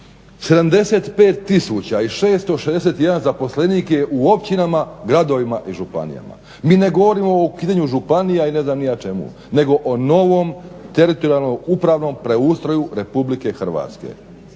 i 661 zaposlenik je u općinama, gradovima i županijama. Mi ne govorimo o ukidanju županija i ne znam ni ja čemu nego o novom teritorijalno-upravnom preustroju RH. E sad se